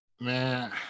Man